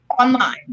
online